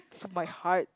it's my heart